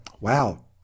wow